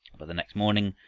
but the next morning,